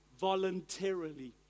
voluntarily